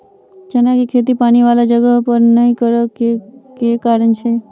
चना केँ खेती पानि वला जगह पर नै करऽ केँ के कारण छै?